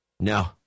No